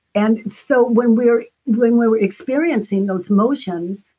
and so, when we're when we're experiencing those emotions,